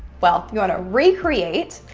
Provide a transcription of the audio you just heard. well, you want to recreate,